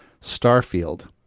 Starfield